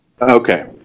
Okay